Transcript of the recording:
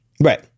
right